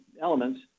elements